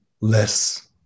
less